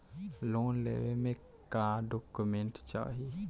Loan लेवे मे का डॉक्यूमेंट चाही?